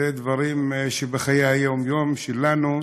אלה דברים שבחיי היום-יום שלנו,